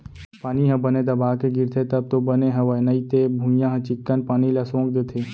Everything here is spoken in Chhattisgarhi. पानी ह बने दबा के गिरथे तब तो बने हवय नइते भुइयॉं ह चिक्कन पानी ल सोख देथे